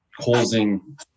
causing